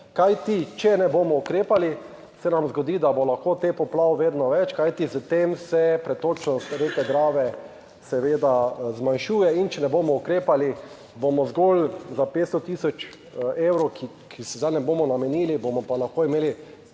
kajti če ne bomo ukrepali se nam zgodi, da bo lahko teh poplav vedno več, kajti s tem se pretočnost reke Drave seveda zmanjšuje in če ne bomo ukrepali bomo zgolj za 500000 evrov, ki jih sedaj ne bomo namenili, bomo pa lahko imeli